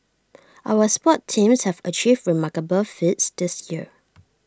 our sports teams have achieved remarkable feats this year